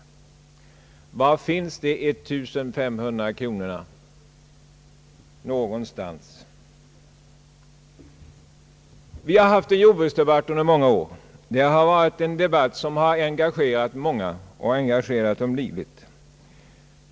Var någonstans finns de 1500 kronorna? Vi har under många år haft en jordbruksdebatt. Det har varit en debatt som engagerat många och det på ett livligt sätt.